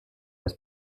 als